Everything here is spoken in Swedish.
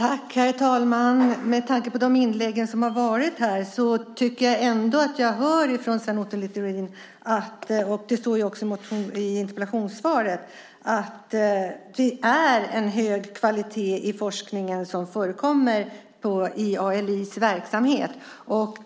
Herr talman! Med tanke på de inlägg som har varit här tycker jag ändå att jag hör från Sven Otto Littorin att det är en hög kvalitet på forskningen i ALI:s verksamhet. Det står även i interpellationssvaret.